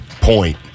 point